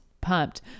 Pumped